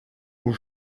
aux